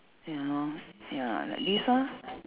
ya lor ya like this ah